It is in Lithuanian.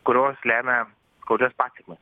kurios lemia skaudžias pasekmes